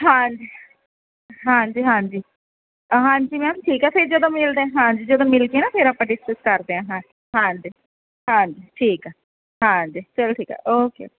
ਹਾਂਜੀ ਹਾਂਜੀ ਹਾਂਜੀ ਹਾਂਜੀ ਹਾਂਜੀ ਮੈਮ ਠੀਕ ਆ ਫਿਰ ਜਦੋਂ ਮਿਲਦੇ ਆ ਹਾਂਜੀ ਜਦੋਂ ਮਿਲ ਗਏ ਨਾ ਫਿਰ ਆਪਾਂ ਡਿਸਕਸ ਕਰਦੇ ਹਾਂ ਹਾਂ ਹਾਂਜੀ ਹਾਂਜੀ ਠੀਕ ਆ ਹਾਂਜੀ ਚਲੋ ਠੀਕ ਆ ਓਕੇ